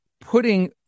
putting